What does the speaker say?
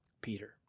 Peter